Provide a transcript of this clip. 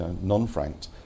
non-franked